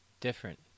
different